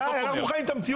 די, אנחנו חיים את המציאות.